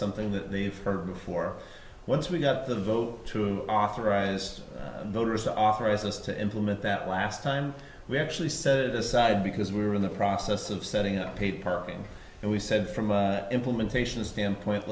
something that they've heard before once we got the vote to authorize voters to authorize us to implement that last time we actually set it aside because we were in the process of setting up a parking and we said from the implementation standpoint